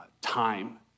time